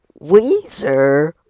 Weezer